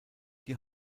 die